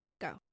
Go